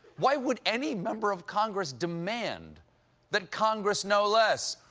why would any member of congress demand that congress know less?